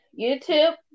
YouTube